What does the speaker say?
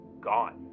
gone